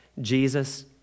Jesus